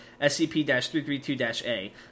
SCP-332-A